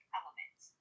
elements